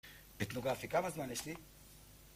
בתנוגה לפי כמה זמן יש לי?